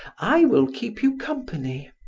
i will keep you company.